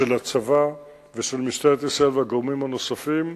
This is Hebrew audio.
של הצבא ושל משטרת ישראל והגורמים הנוספים.